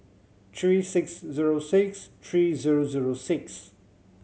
three six zero six three zero zero six